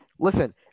Listen